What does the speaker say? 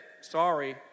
Sorry